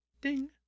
Ding